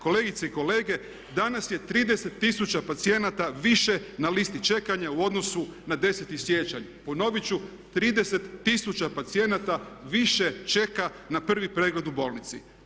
Kolegice i kolege, danas je 30 tisuća pacijenata više na listi čekanja u odnosu na 10.siječanj, ponovit ću 30 tisuća pacijenata više čeka na prvi pregled u bolnici.